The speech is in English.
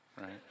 right